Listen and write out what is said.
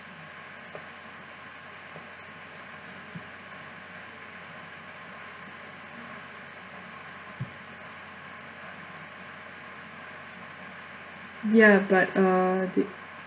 ya but uh did